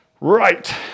right